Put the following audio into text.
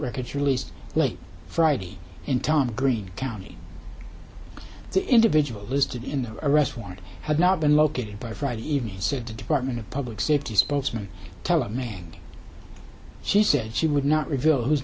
records released late friday in tom green county the individual listed in the arrest warrant had not been located by friday evening said the department of public safety spokesman telling me she said she would not reveal whose